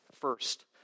first